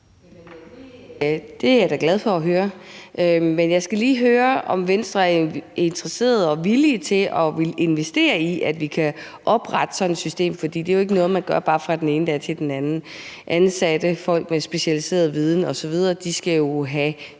Det er jeg da glad for at høre. Men jeg skal lige høre, om Venstre er interesseret i og villig til at investere i, at vi kan oprette sådan et system. For det er ikke noget, man bare gør fra den ene dag til den anden. Ansatte og folk med specialiseret viden osv. skal jo have